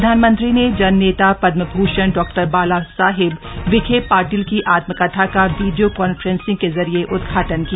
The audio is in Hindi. प्रधानमंत्री ने जन नेता पदमभूषण डॉ बालासाहेब विखे पाटिल की आत्मकथा का वीडियो कान्फ्रेंसिंग के जरिये उद्घाटन किया